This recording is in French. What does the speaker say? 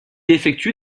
effectue